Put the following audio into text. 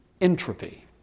entropy